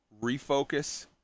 refocus